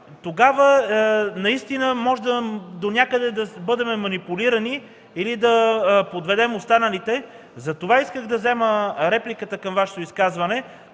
тогава наистина можем да бъдем манипулирани донякъде или да подведем останалите. Затова исках да взема реплика към Вашето изказване.